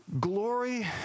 glory